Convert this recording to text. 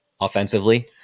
offensively